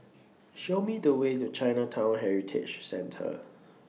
Show Me The Way to Chinatown Heritage Centre